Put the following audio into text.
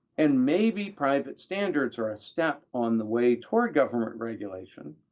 and maybe private standards are a step on the way toward government regulation,